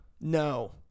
No